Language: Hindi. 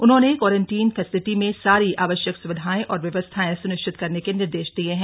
उन्होंने क्वारंटीन फैसिलिटी में सारी आवश्यक स्विधाएं और व्यवस्थाएं सुनिश्चित करने के निर्देश दिये हैं